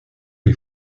les